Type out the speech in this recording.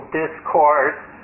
discourse